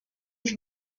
was